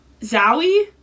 Zowie